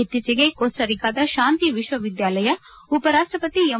ಇತ್ತೀಚೆಗೆ ಕೊಸ್ವರಿಕಾದ ಶಾಂತಿ ವಿಶ್ವವಿದ್ಯಾಲಯ ಉಪರಾಷ್ಟ್ರಪತಿ ಎಂ